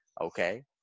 okay